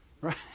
Right